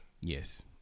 Yes